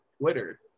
Twitter